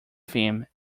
theme